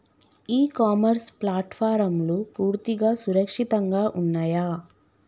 ఇ commerce ప్లాట్ఫారమ్లు పూర్తిగా సురక్షితంగా ఉన్నయా?